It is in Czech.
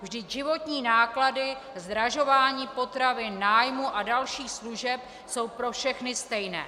Vždyť životní náklady, zdražování potravin, nájmu a dalších služeb jsou pro všechny stejné.